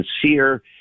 sincere